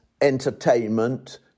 entertainment